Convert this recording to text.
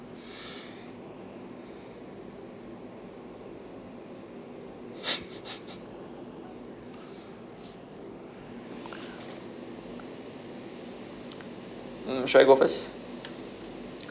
mm should I go first